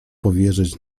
powierzać